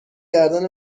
گردن